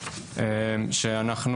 שאנחנו